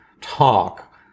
talk